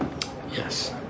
Yes